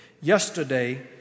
yesterday